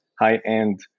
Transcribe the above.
high-end